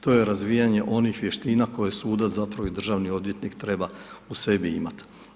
To je razvijanje onih vještina, koje sudac zapravo i državni odvjetnik treba u sebi imati.